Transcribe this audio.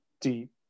deep